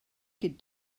could